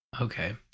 okay